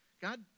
God